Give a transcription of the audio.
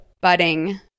budding